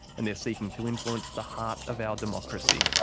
and they're seeking to influence the heart of our democracy.